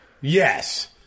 Yes